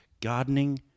gardening